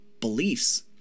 beliefs